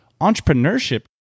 entrepreneurship